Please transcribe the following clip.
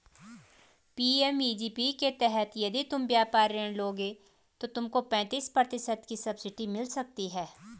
PMEGP के तहत यदि तुम व्यापार ऋण लोगे तो तुमको पैंतीस प्रतिशत तक की सब्सिडी मिल सकती है